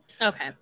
okay